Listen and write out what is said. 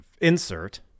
insert